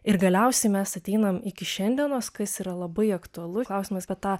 ir galiausiai mes ateinam iki šiandienos kas yra labai aktualu klausimas apie tą